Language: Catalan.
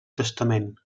testament